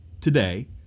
today